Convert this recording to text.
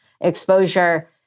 exposure